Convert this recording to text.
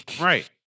right